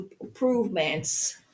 improvements